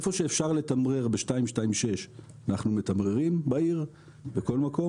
איפה שאפשר לתמרר ב-226 אנחנו מתמררים בעיר בכל מקום.